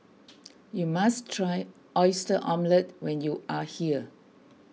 you must try Oyster Omelette when you are here